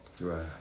Right